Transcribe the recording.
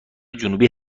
جنوبی